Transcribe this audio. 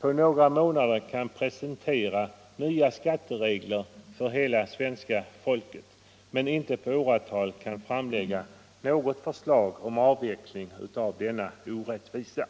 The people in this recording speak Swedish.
på några månader kan presentera nya skatteregler för hela svenska folket, men inte på åratal kan framlägga något förslag om avveckling av denna orättvisa.